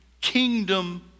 kingdom